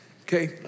Okay